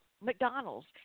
McDonald's